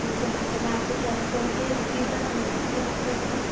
ठीक है मैम तो मैं आप पर ट्रस्ट करके बुकिंग कर दूँ न मतलब बुक कर दूँ